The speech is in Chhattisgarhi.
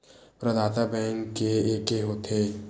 प्रदाता बैंक के एके होथे?